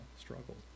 struggled